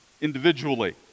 individually